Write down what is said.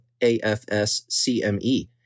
AFSCME